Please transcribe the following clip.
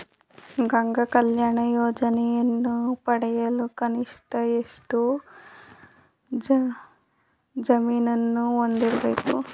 ಗಂಗಾ ಕಲ್ಯಾಣ ಯೋಜನೆಯನ್ನು ಪಡೆಯಲು ಕನಿಷ್ಠ ಎಷ್ಟು ಜಮೀನನ್ನು ಹೊಂದಿರಬೇಕು?